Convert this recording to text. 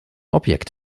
objekt